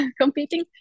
competing